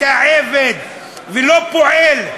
אתה עבד ולא פועל.